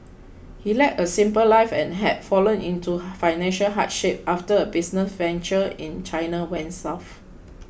he led a simple life and had fallen into financial hardship after a business venture in China went south